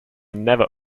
never